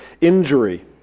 injury